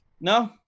no